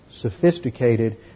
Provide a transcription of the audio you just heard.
sophisticated